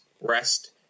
rest